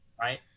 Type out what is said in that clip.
right